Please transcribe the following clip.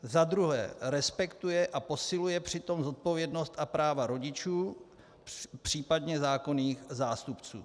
za druhé respektuje a posiluje přitom zodpovědnost a práva rodičů, případně zákonných zástupců;